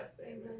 Amen